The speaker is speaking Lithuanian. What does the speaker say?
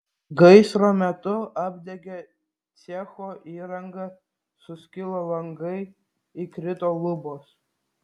gaisro metu apdegė cecho įranga suskilo langai įkrito lubos